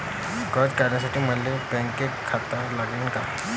कर्ज काढासाठी मले बँकेत खातं लागन का?